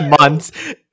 months